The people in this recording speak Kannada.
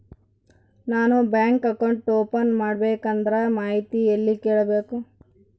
ನಾನು ಬ್ಯಾಂಕ್ ಅಕೌಂಟ್ ಓಪನ್ ಮಾಡಬೇಕಂದ್ರ ಮಾಹಿತಿ ಎಲ್ಲಿ ಕೇಳಬೇಕು?